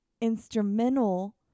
Instrumental